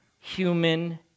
human